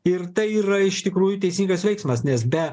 ir tai yra iš tikrųjų teisingas veiksmas nes be